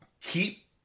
keep